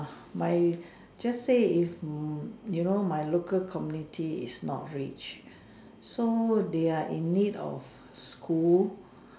my just say if m~ you know my local community is not rich so they are in need of school